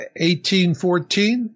1814